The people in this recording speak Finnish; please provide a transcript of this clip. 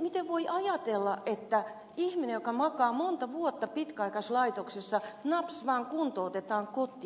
miten voi ajatella että ihminen joka makaa monta vuotta pitkäaikaislaitoksessa naps vaan kuntoutetaan kotiin